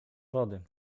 wody